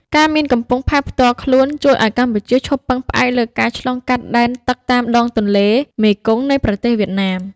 ការមានកំពង់ផែផ្ទាល់ខ្លួនជួយឱ្យកម្ពុជាឈប់ពឹងផ្អែកលើការឆ្លងកាត់ដែនទឹកតាមដងទន្លេមេគង្គនៃប្រទេសវៀតណាម។